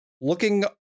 looking